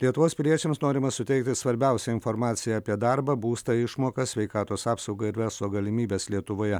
lietuvos piliečiams norima suteikti svarbiausią informaciją apie darbą būstą išmokas sveikatos apsaugą ir verslo galimybes lietuvoje